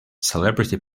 celebrity